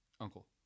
Uncle